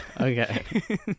Okay